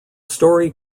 story